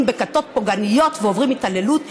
בכיתות פוגעניות ועוברים התעללות יומיומית.